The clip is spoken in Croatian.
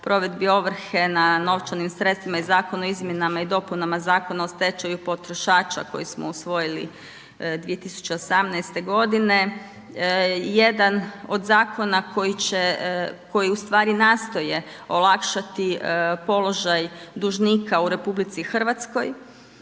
provedbi ovrhe na novčanim sredstvima i zakon o izmjenama i dopunama Zakona o stečaju potrošača koji smo usvojili 2018. g., jedan od zakona koji ustvari nastoji olakšati položaj dužnika u RH i na